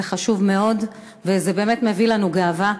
זה חשוב מאוד וזה באמת מביא לנו גאווה.